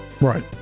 Right